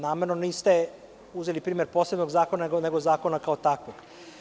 Namerno niste uzeli primer posebnog zakona, nego zakona kao takvog.